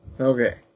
Okay